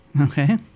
Okay